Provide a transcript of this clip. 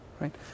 right